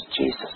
Jesus